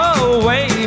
away